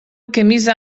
camisa